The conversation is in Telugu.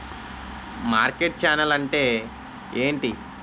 మార్కెట్ ఛానల్ అంటే ఏంటి?